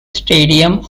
stadium